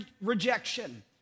rejection